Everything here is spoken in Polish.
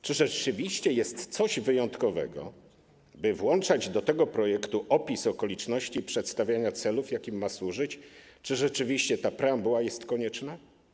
Czy rzeczywiście jest coś wyjątkowego, by włączać do tego projektu opis okoliczności przedstawiania celów, jakim ma służyć, czy rzeczywiście ta preambuła jest konieczna?